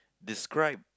describe